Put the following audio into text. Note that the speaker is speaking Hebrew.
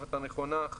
בתערובת הנכונה,